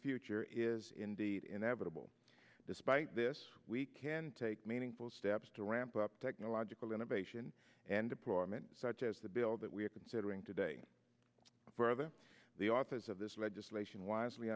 future is indeed inevitable despite this we can take meaningful steps to ramp up technological innovation and deployment such as the bill that we are considering today the authors of this legislation wisely